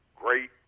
great